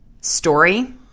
story